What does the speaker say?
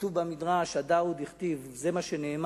כתוב במדרש: "הדא הוא דכתיב" זה מה שנאמר: